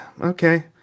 Okay